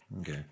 Okay